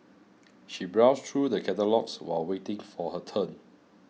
she browsed through the catalogues while waiting for her turn